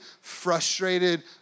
frustrated